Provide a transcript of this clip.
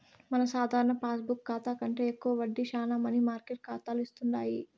మన సాధారణ పాస్బుక్ కాతా కంటే ఎక్కువ వడ్డీ శానా మనీ మార్కెట్ కాతాలు ఇస్తుండాయి